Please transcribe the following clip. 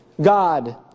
God